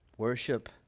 Worship